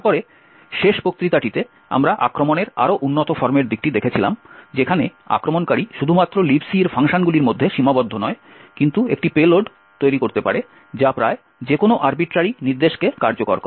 তারপরে শেষ বক্তৃতাটিতে আমরা আক্রমণের আরও উন্নত ফর্মের দিকটি দেখেছিলাম যেখানে আক্রমণকারী শুধুমাত্র Libc এর ফাংশনগুলির মধ্যে সীমাবদ্ধ নয় কিন্তু একটি পেলোড তৈরি করতে পারে যা প্রায় যে কোনও আর্বিট্রারি নির্দেশকে কার্যকর করে